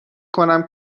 کنم